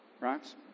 Right